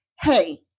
hey